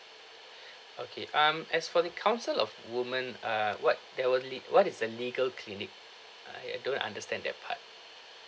okay um as for the council of woman uh what there were le~ what is a legal clinic I don't understand that part